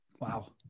Wow